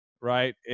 right